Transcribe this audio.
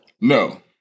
No